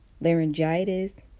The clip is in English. laryngitis